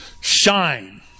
Shine